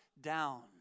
down